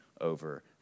over